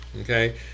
okay